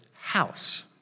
house